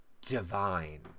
Divine